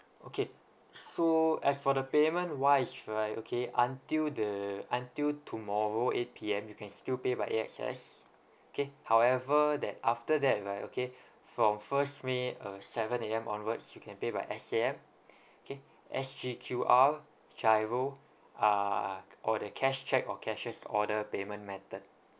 okay so as for the payment wise right okay until the until tomorrow eight P_M you can still pay by A_X_S K however that after that right okay from first may uh seven A_M onwards you can pay by S_A_M K S_G_Q_R GIRO uh or the cash cheque or cashier's order payment method